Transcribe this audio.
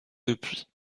depuis